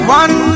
one